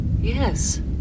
Yes